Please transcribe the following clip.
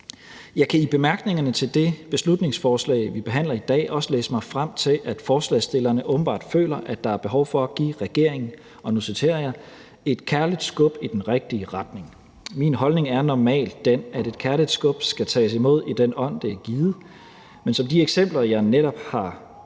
Jeg kan i bemærkningerne til det beslutningsforslag, som vi behandler i dag, også læse mig frem til, at forslagsstillerne åbenbart føler, at der er behov for at give regeringen, og nu citerer jeg – et kærligt skub i den rigtige retning. Min holdning er normal den, at et kærligt skub skal tages imod i den ånd, det er givet, men som de eksempler, jeg netop har